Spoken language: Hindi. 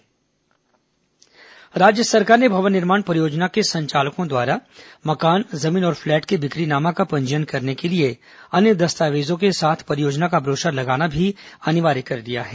पंजीयन ब्रोशर राज्य सरकार ने भवन निर्माण परियोजना के संचालकों द्वारा मकान जमीन और पलैट के बिक्रीनामा का पंजीयन करने के लिए अन्य दस्तावेजों के साथ परियोजना का ब्रोशर लगाना भी अनिवार्य कर दिया है